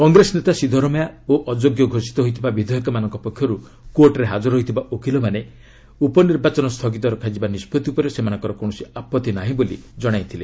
କଂଗ୍ରେସ ନେତା ସିଦ୍ଧରମୟା ଓ ଅଯୋଗ୍ୟ ଘୋଷିତ ହୋଇଥିବା ବିଧାୟକମାନଙ୍କ ପକ୍ଷରୁ କୋର୍ଟ୍ରେ ହାଜର ହୋଇଥିବା ଓକିଲମାନେ ଉପନିର୍ବାଚନ ସ୍ଥଗିତ ରଖାଯିବା ନିଷ୍ପଭି ଉପରେ ସେମାନଙ୍କର କୌଣସି ଆପତ୍ତି ନାହିଁ ବୋଲି କଶାଇଥିଲେ